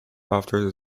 after